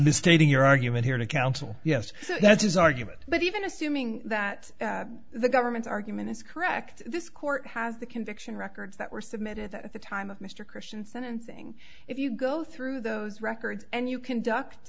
misstating your argument here to counsel yes that's his argument but even assuming that the government's argument is correct this court has the conviction records that were submitted that at the time of mr christian sentencing if you go through those records and you conduct